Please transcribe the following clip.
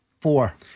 four